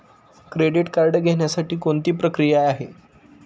Credit card घेण्यासाठी कोणती प्रक्रिया आहे?